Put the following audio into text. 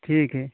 ठीक है